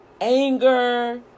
anger